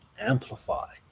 amplify